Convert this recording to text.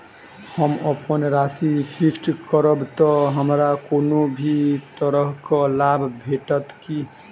हम अप्पन राशि फिक्स्ड करब तऽ हमरा कोनो भी तरहक लाभ भेटत की?